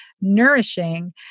nourishing